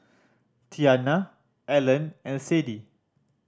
Tianna Allan and Sade